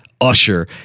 Usher